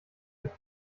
mit